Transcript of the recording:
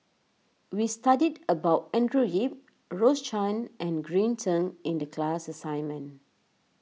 we studied about Andrew Yip Rose Chan and Green Zeng in the class assignment